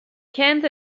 kent